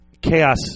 Chaos